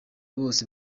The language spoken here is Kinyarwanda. bose